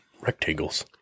Rectangles